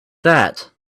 that